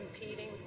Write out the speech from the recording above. competing